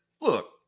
look